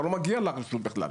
אתה לא מגיע לרשות בכלל.